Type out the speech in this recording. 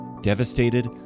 devastated